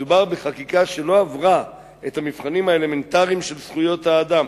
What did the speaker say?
מדובר בחקיקה שלא עברה את המבחנים האלמנטריים של זכויות האדם,